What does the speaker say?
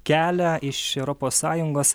kelią iš europos sąjungos